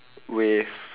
with